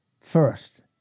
First